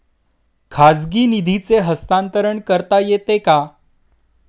खाजगी निधीचे हस्तांतरण करता येते का?